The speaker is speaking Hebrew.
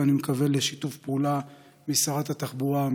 ואני מקווה לשיתוף פעולה משרת התחבורה,